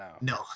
no